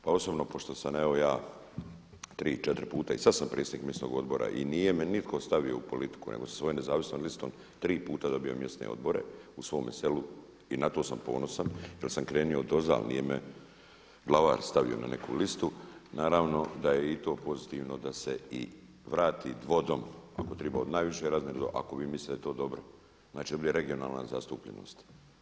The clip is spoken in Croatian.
Pa osobno pošto sam evo ja tri, četiri puta i sada sam predsjednik mjesnog odbora i nije me nitko stavio u politiku nego sam svojom nezavisnom listom tri puta dobio mjesne odbore u svome selu i na to sam ponosan jel sam krenuo odozdal nije me glavar stavio na neku listu, naravno da je i to pozitivno da se vrati dvodom, ako treba od najviše razine ako vi mislite da je to dobro znači da bude regionalna zastupljenost.